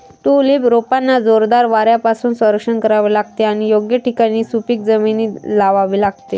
tulip रोपांना जोरदार वाऱ्यापासून संरक्षण करावे लागते आणि योग्य ठिकाणी आणि सुपीक जमिनीत लावावे लागते